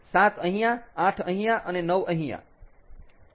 7 અહીંયા 8 અહીંયા અને 9 અહીંયા